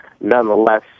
Nonetheless